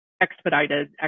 expedited